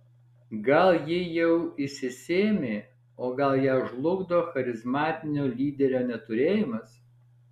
gal ji jau išsisėmė o gal ją žlugdo charizmatinio lyderio neturėjimas